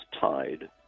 tied